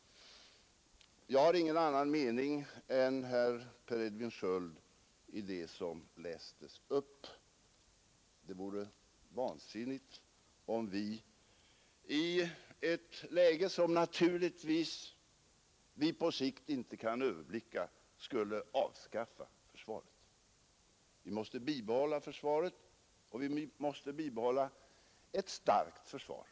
Jag har ingen annan mening än den Per Edvin Sköld gav uttryck åt i de stycken herr Bohman läste upp. Det vore vansinnigt om vi i ett läge som vi på sikt naturligtvis inte kan överblicka skulle avskaffa försvaret. Vi måste bibehålla försvaret, och vi måste bibehålla ett starkt försvar.